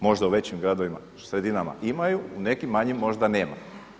Možda u većim gradovima sredinama imaju, u nekim manjim možda nemaju.